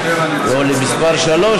או למספר 3,